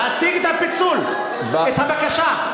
להציג את הפיצול, את הבקשה.